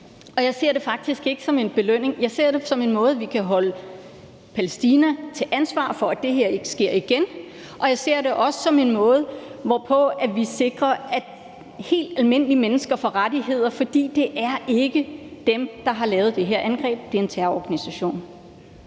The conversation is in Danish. og jeg ser det faktisk ikke som en belønning. Jeg ser det som en måde, hvorpå vi kan holde Palæstina til ansvar for, at det her ikke sker igen, og jeg ser det også som en måde, hvorpå vi sikrer, at helt almindelige mennesker får rettigheder, for det er ikke dem, der har lavet det her angreb. Det er en terrororganisation.